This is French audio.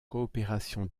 coopération